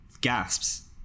gasps